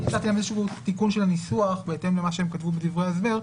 חשבתי על תיקון של הניסוח בהתאם למה שהם כתבו בדברי ההסבר,